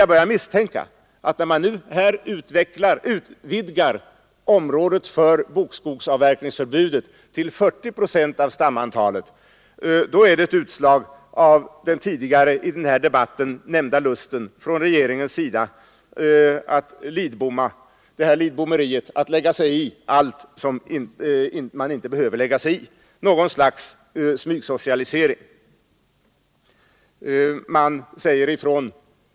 Jag börjar misstänka att när man nu utvidgar bokskogsavverkningsförbudet till bestånd med 40 procent bok av stamantalet, är det ett utslag av den tidigare här i debatten nämnda lusten från regeringens sida att Lidboma — att lägga sig i allt som man inte behöver lägga sig i, något slags smygsocialisering.